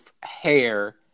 hair